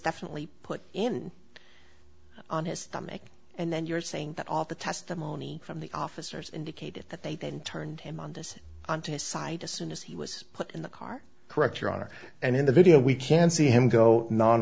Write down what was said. definitely put in on his stomach and then you're saying that all the testimony from the officers indicated that they then turned him on this on to his side as soon as he was put in the car correct your honor and in the video we can see him go non